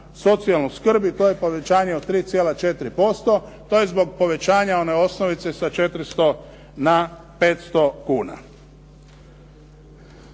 socijalnu skrb i to je povećanje od 3,4%. To je zbog povećanja one osnovice sa 400 na 500 kuna.